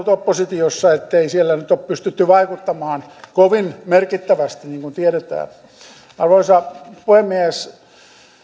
oppositiossa niin ettei siellä nyt ole pystytty vaikuttamaan kovin merkittävästi niin kuin tiedetään arvoisa puhemies